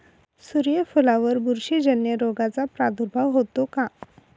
सूर्यफुलावर बुरशीजन्य रोगाचा प्रादुर्भाव होतो का?